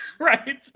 Right